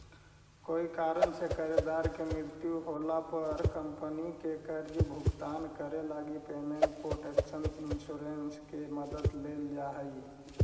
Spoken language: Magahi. कोई कारण से कर्जदार के मृत्यु होला पर कंपनी के कर्ज भुगतान करे लगी पेमेंट प्रोटक्शन इंश्योरेंस के मदद लेल जा हइ